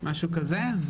משהו כזה,